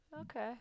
Okay